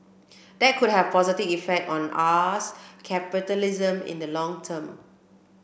that could have a positive effect on us capitalism in the long term